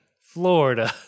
Florida